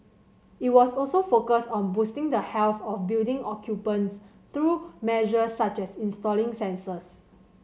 it will also focus on boosting the health of building occupants through measures such as installing sensors